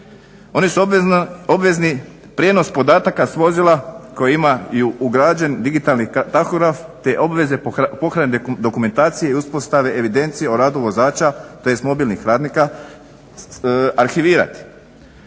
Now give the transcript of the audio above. Oni su obvezni prijenos podataka s vozila koja imaju ugrađen digitalni tahograf te obveze pohrane dokumentacije i uspostave evidencije o radu vozača tj. mobilnih radnika arhivirati.